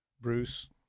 Bruce